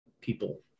people